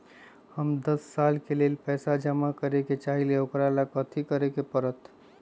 हम दस साल के लेल पैसा जमा करे के चाहईले, ओकरा ला कथि करे के परत?